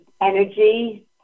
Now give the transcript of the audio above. energy